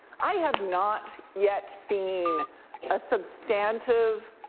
i have not yet seen substantive